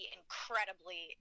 incredibly